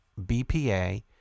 BPA